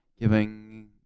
giving